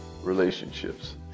relationships